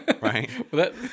Right